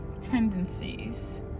tendencies